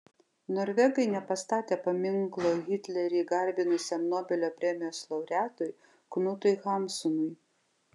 norvegai nepastatė paminklo hitlerį garbinusiam nobelio premijos laureatui knutui hamsunui